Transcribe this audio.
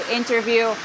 interview